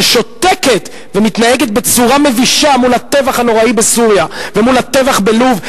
ששותקת ומתנהגת בצורה מבישה מול הטבח הנוראי בסוריה ומול הטבח בלוב,